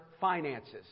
finances